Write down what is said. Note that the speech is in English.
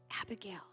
Abigail